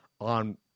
on